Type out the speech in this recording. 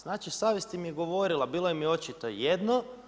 Znači savjest im je govorila, bilo im je očito jedno.